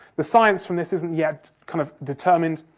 the science from this isn't yet kind of determined,